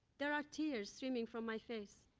there are tears streaming from my face.